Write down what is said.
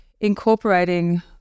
incorporating